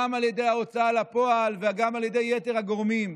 גם על ידי ההוצאה לפועל וגם על ידי יתר הגורמים.